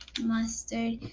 mustard